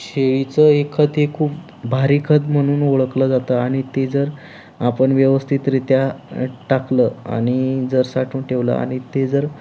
शेळीचं एक खत हे खूप भारी खत म्हणून ओळखलं जातं आणि ते जर आपण व्यवस्थितरित्या टाकलं आणि जर साठवून ठेवलं आणि ते जर